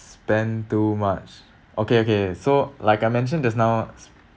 S spend too much okay okay so like I mention just now